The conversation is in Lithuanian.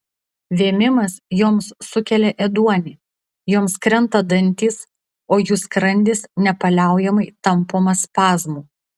vėmimas joms sukelia ėduonį joms krenta dantys o jų skrandis nepaliaujamai tampomas spazmų